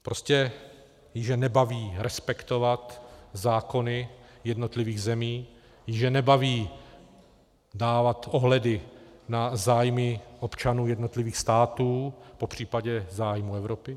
Prostě již je nebaví respektovat zákony jednotlivých zemí, již je nebaví dávat ohledy na zájmy občanů jednotlivých států, popř. zájmy Evropy.